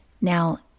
Now